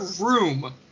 room